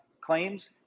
claims